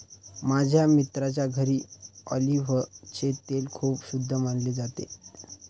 माझ्या मित्राच्या घरी ऑलिव्हचे तेल खूप शुद्ध मानले जाते